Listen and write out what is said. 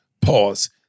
Pause